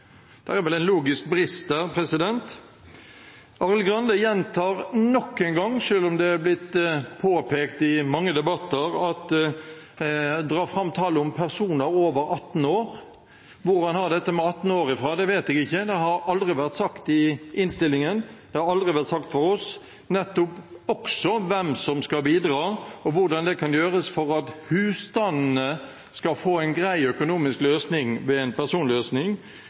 Det er vel en logisk brist der. Arild Grande gjentar nok en gang, selv om dette er blitt påpekt i mange debatter, tallet på personer over 18 år. Hvor han har dette med 18 år fra, vet jeg ikke. Det har aldri vært sagt i innstillingen, og det har aldri vært sagt fra oss. Nettopp hvem som skal bidra, og hvordan det kan gjøres for at husstandene skal få en grei økonomisk løsning ved en personløsning,